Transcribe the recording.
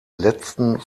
letzten